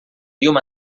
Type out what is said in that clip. llum